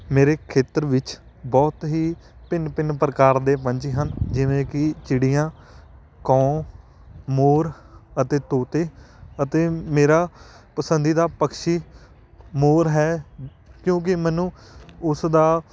ਮੇਰੇ ਖੇਤਰ ਵਿੱਚ ਬਹੁਤ ਹੀ ਭਿੰਨ ਭਿੰਨ ਪ੍ਰਕਾਰ ਦੇ ਪੰਛੀ ਹਨ ਜਿਵੇਂ ਕਿ ਚਿੜੀਆਂ ਕਾਂ ਮੋਰ ਅਤੇ ਤੋਤੇ ਅਤੇ ਮੇਰਾ ਪਸੰਦੀਦਾ ਪਕਸ਼ੀ ਮੋਰ ਹੈ ਕਿਉਂਕਿ ਮੈਨੂੰ ਉਸ ਦਾ